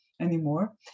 anymore